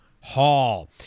Hall